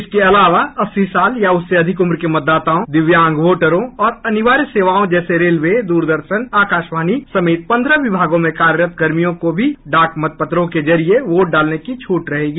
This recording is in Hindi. इसके अलावा अस्सी साल या उससे अधिक उम्र के मतदाताओं दिव्यांग वोटरों और अनिवार्य सेवाओं जैसे रेलये दूरदर्शन आकाशवाणी समेत पंद्रह विमागों में कार्यरत कर्मियों को भी डाक मतपत्रों के जरिये वोट डालने की छूट रहेगी